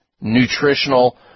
nutritional